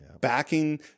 backing